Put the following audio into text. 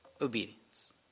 obedience